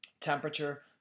temperature